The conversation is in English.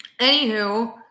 anywho